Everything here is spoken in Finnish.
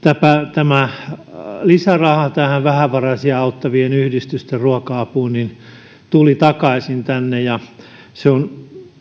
lisäraha vähävaraisia auttavien yhdistysten ruoka apuun tuli tähän takaisin se on